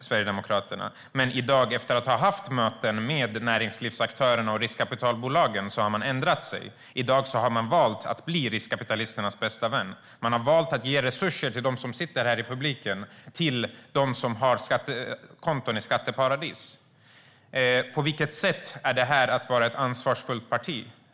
Sverigedemokraterna, men efter att ha haft möten med näringslivsaktörerna har man ändrat sig. I dag har man valt att bli riskkapitalisternas bästa vän. Man har valt att ge resurser till dem som sitter här i publiken och till dem som har skattekonton i skatteparadis. På vilket sätt är det att vara ett ansvarsfullt parti?